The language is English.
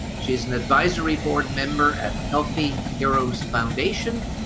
she's an advisory board member at healthy heroes foundation.